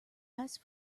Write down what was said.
dice